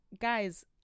guys